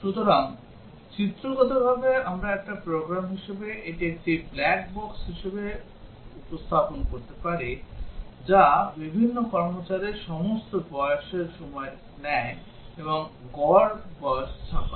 সুতরাং চিত্রগতভাবে আমরা একটি প্রোগ্রাম হিসাবে এটি একটি ব্ল্যাক বক্স হিসাবে উপস্থাপন করতে পারি যা বিভিন্ন কর্মচারীর সমস্ত বয়সের সময় নেয় এবং গড় বয়স ছাপায়